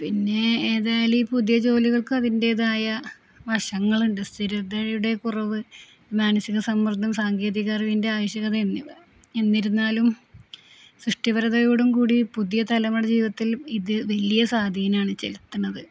പിന്നെ ഏതായാലുമീ പുതിയ ജോലികൾക്ക് അതിന്റേതായ വശങ്ങളുണ്ട് സ്ഥിരതയുടെ കുറവു മാനസിക സമ്മർദ്ദം സാങ്കേതിക അറിവിൻ്റെ ആവശ്യകത എന്നിവ എന്നിരുന്നാലും സൃഷ്ടിപരതയോടും കൂടി പുതിയ തലമുറ ജീവിതത്തിൽ ഇതു വലിയ സാധീനമാണു ചെലുത്തുന്നത്